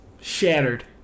Shattered